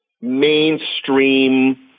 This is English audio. mainstream